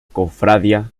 cofradía